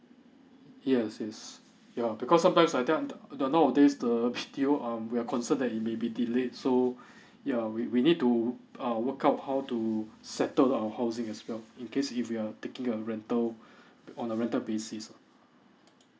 yes yes yeah because sometimes like the nowadays the B_T_O um we are concern that it may be delayed so yeah we we need to uh work out how to settle our housing as well in case if you are taking a rental on a rental basis